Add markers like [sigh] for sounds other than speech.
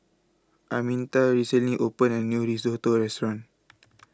Arminta recently opened A New Risotto Restaurant [noise]